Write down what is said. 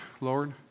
Lord